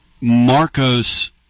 Marcos